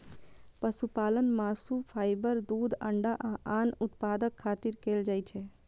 पशुपालन मासु, फाइबर, दूध, अंडा आ आन उत्पादक खातिर कैल जाइ छै